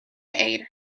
aid